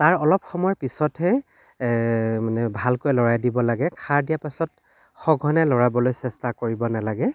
তাৰ অলপ সময় পিছতহে মানে ভালকৈ লৰাই দিব লাগে খাৰ দিয়া পাছত সঘনে লৰাবলৈ চেষ্টা কৰিব নালাগে